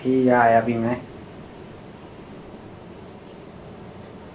ठीक ऐ आया फ्ही में